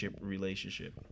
relationship